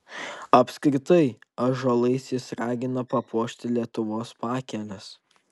apskritai ąžuolais jis ragina papuošti lietuvos pakeles